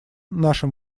нашим